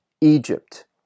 Egypt